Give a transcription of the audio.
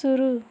शुरू